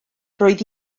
roedd